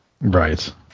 Right